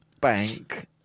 bank